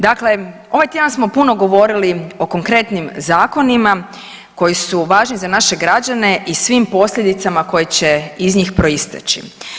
Dakle, ovaj tjedan smo puno govorili o konkretnim zakonima koji su važni za naše građane i svim posljedicama koje će iz njih proisteći.